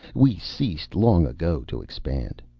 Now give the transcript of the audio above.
we ceased long ago to expand.